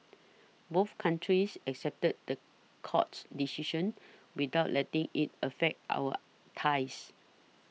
both countries accepted the court's decision without letting it affect our ties